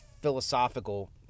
philosophical